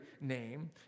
name